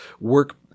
work